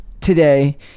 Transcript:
today